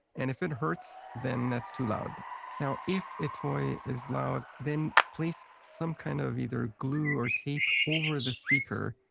and if it hurts then that's too loud now if a toy is loud, then place some kind of either glue or tape over the speaker.